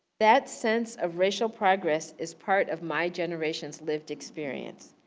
that sense of racial progress is part of my generation's lived experience.